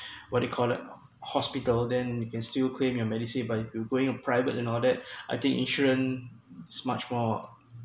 what do you call it hospital then you can still claim your medisave by going on private and all that I think insurance is much more